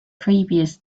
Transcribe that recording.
previous